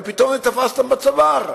ופתאום זה תפס אותם בצוואר,